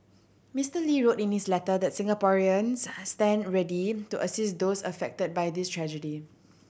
Mister Lee wrote in his letter that Singaporean has stand ready to assist those affected by this tragedy